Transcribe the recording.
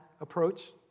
approach